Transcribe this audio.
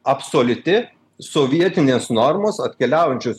absoliuti sovietinės normos atkeliaujančios